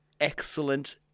excellent